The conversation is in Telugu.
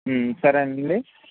సరే అండి మరి